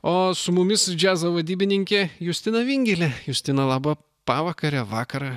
o su mumis džiazo vadybininkė justina vingilė justina labą pavakarę vakarą